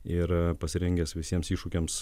ir pasirengęs visiems iššūkiams